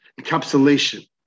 encapsulation